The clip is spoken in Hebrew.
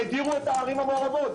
הדירו את הערים המעורבות.